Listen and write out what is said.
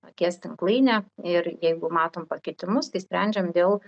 akies tinklainė ir jeigu matom pakitimus tai sprendžiam dėl